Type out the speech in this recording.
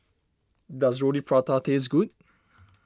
does Roti Prata taste good